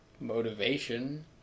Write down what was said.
motivation